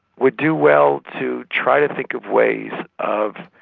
would do well to try to think of ways of